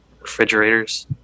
Refrigerators